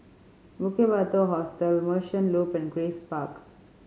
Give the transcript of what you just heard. Bukit Batok Hostel Merchant Loop and Grace Park